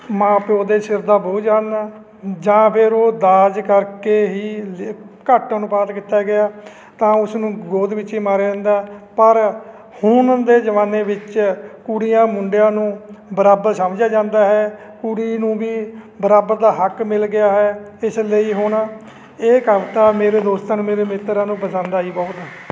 ਮਾਂ ਪਿਓ ਦੇ ਸਿਰ ਦਾ ਬੋਝ ਹਨ ਜਾਂ ਫੇਰ ਉਹ ਦਾਜ ਕਰਕੇ ਹੀ ਲਿ ਘੱਟ ਅਨੁਪਾਤ ਕੀਤਾ ਗਿਆ ਤਾਂ ਉਸ ਨੂੰ ਗੋਦ ਵਿੱਚ ਹੀ ਮਾਰਿਆ ਜਾਂਦਾ ਪਰ ਹੁਣ ਦੇ ਜ਼ਮਾਨੇ ਵਿੱਚ ਕੁੜੀਆਂ ਮੁੰਡਿਆਂ ਨੂੰ ਬਰਾਬਰ ਸਮਝਿਆ ਜਾਂਦਾ ਹੈ ਕੁੜੀ ਨੂੰ ਵੀ ਬਰਾਬਰ ਦਾ ਹੱਕ ਮਿਲ ਗਿਆ ਹੈ ਇਸ ਲਈ ਹੁਣ ਇਹ ਕਵਿਤਾ ਮੇਰੇ ਦੋਸਤਾਂ ਨੂੰ ਮੇਰੇ ਮਿੱਤਰਾਂ ਨੂੰ ਪਸੰਦ ਆਈ ਬਹੁਤ